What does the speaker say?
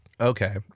Okay